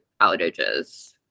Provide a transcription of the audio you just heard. outages